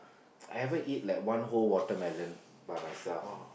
I ever eat like one whole watermelon by myself